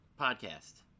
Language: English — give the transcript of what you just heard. podcast